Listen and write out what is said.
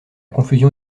confusion